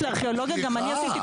כמו שבונים עיר,